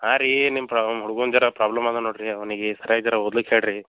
ಹಾಂ ರೀ ನಿಮ್ಮ ಪ್ರಾಬ್ಲಮ್ ಹುಡ್ಗುನ ಝರ ಪ್ರಾಬ್ಲಮ್ ಅದೆ ನೋಡಿ ರಿ ಅವನಿಗೆ ಸರ್ಯಾಗಿ ಝರ ಓದ್ಲಿಕೆ ಹೇಳಿ ರಿ